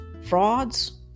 frauds